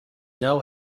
now